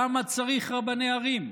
למה צריך רבני ערים?